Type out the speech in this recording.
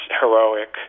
heroic